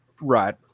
Right